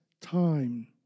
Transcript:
time